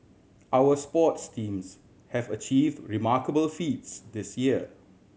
our sports teams have achieved remarkable feats this year